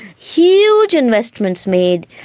huge investments made,